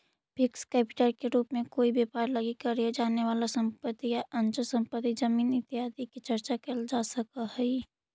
fixed capital के रूप में कोई व्यापार लगी कलियर जाने वाला संपत्ति या अचल संपत्ति जमीन इत्यादि के चर्चा कैल जा सकऽ हई